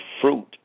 fruit